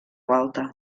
gualta